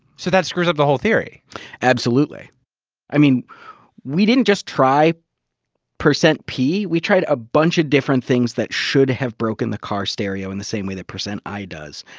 so that screws up the whole theory absolutely i mean we didn't just try percent p, we tried a whole bunch of different things that should have broken the car stereo in the same way that percent i does,